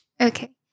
okay